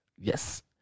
Yes